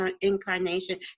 incarnation